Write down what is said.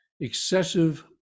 excessive